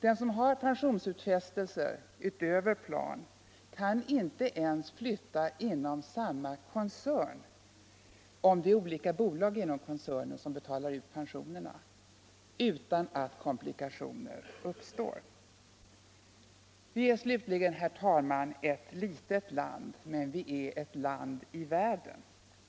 Den som har pensionsutfästelse utöver plan kan inte ens flytta inom samma koncern, om det är olika bolag inom koncernen som betalar ut pensionerna, utan att komplikationer uppstår. Slutligen, herr talman, är vårt land litet, men det är ett land i världen.